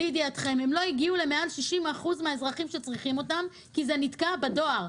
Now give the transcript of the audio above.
שלא הגיעו למעל 60% מהאזרחים שצריכים אותם רק כי זה נתקע בדואר.